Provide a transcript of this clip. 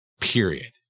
Period